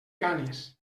ganes